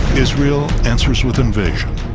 israel answers with invasion.